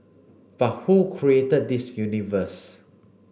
but who created this universe